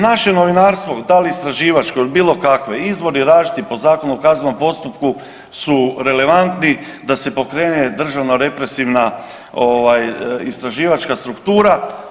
Naše novinarstvo da li istraživačko ili bilo kakvo izvori različiti po Zakonu o kaznenom postupku su relevantni da se pokrene državno represivna ovaj istraživačka struktura.